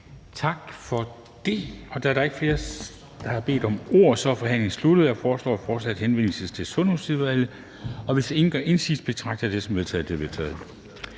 Tak for det. Da der ikke er flere, der har bedt om ordet, er forhandlingen sluttet. Jeg foreslår, at forslaget til folketingsbeslutning henvises til Sundhedsudvalget. Hvis ingen gør indsigelse, betragter jeg det som vedtaget. Det er vedtaget.